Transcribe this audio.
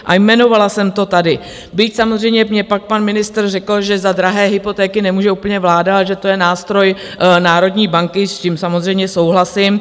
A jmenovala jsem to tady, byť samozřejmě mně pak pan ministr řekl, že za drahé hypotéky nemůže úplně vláda, ale že to je nástroj národní banky, s čímž samozřejmě souhlasím.